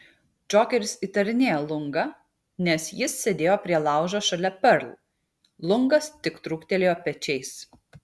džokeris įtarinėja lungą nes jis sėdėjo prie laužo šalia perl lungas tik trūktelėjo pečiais